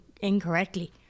incorrectly